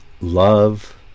love